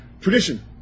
Tradition